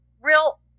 real